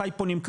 מתי פונים,